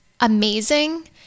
amazing